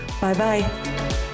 Bye-bye